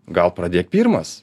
gal pradėk pirmas